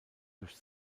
durch